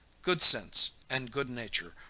good sense, and good nature,